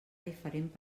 diferent